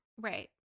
Right